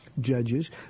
Judges